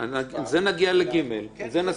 את זה נעשה ב-(ג).